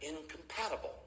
incompatible